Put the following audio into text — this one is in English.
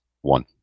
One